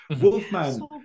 Wolfman